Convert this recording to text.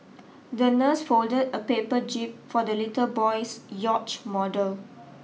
the nurse folded a paper jib for the little boy's yacht model